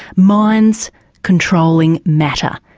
minds controlling matter,